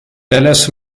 dallas